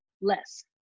less